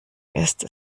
ist